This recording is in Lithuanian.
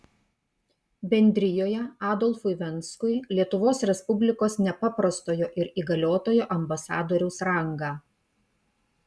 bendrijoje adolfui venskui lietuvos respublikos nepaprastojo ir įgaliotojo ambasadoriaus rangą